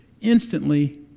instantly